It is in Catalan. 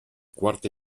quarta